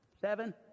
Seven